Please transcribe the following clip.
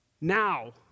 Now